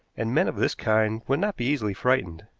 and men of this kind would not be easily frightened.